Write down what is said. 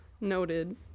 Noted